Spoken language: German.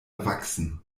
erwachsen